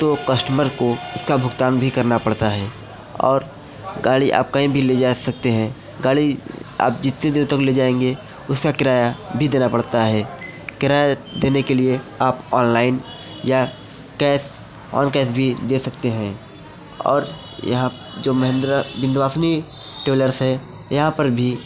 तो कस्टमर को इसका भुगतान भी करना पड़ता है और गाड़ी आप कहीं भी ले जा सकते हैं गाड़ी आप जितनी देर तक ले जाएँगे उसका किराया भी देना पड़ता है किराया देने के लिए आप ऑनलाइन या कैस ओन कैस भी दे सकते हैं और यहाँ जो महेंद्रा बिंध्यवासनी ट्रैवलर्स हैं यहाँ पर भी